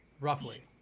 roughly